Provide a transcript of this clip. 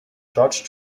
george